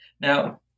Now